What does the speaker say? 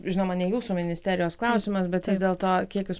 žinoma ne jūsų ministerijos klausimas bet vis dėlto kiek jūs